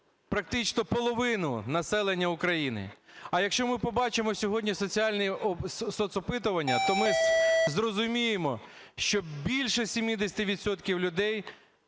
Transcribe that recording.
практично половину населення України. А якщо ми побачимо сьогодні соцопитування, то ми зрозуміємо, що більше 70